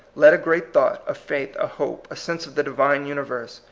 let a great thought, a faith, a hope, a sense of the divine universe,